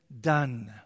done